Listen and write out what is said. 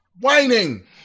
whining